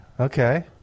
Okay